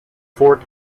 fort